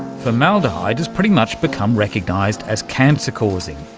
formaldehyde has pretty much become recognised as cancer causing,